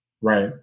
Right